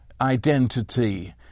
identity